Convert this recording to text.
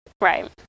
Right